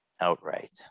outright